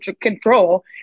control